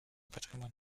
patrimoine